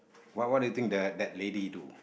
what what do you think the that lady do